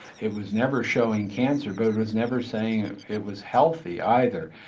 it was never showing cancer but it was never saying it was healthy either.